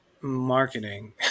marketing